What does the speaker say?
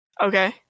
okay